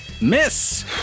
Miss